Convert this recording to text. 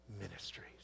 ministries